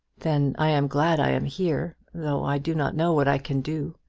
then i am glad i am here, though i do not know what i can do.